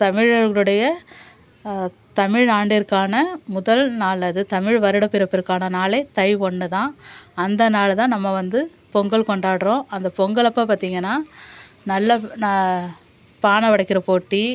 தமிழர்களுடைய தமிழ் ஆண்டிற்கான முதல் நாள் அது தமிழ் வருடப்பிறப்பிற்க்கான நாளே தை ஒன்று தான் அந்த நாள் தான் நம்ம வந்து பொங்கல் கொண்டாடுறோம் அந்த பொங்கல் அப்போ பார்த்தீங்கன்னா நல்ல பானை உடைக்கிற போட்டி